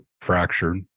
fractured